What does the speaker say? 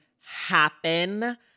happen